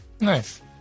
Nice